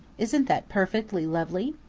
isn't that perfectly lovely?